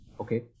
Okay